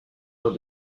dans